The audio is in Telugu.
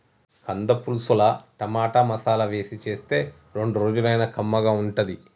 కంద పులుసుల టమాటా, మసాలా వేసి చేస్తే రెండు రోజులైనా కమ్మగా ఉంటది